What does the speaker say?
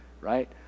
right